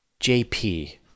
JP